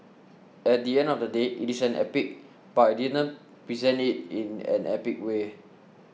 at the end of the day it is an epic but I didn't present it in an epic way